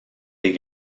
des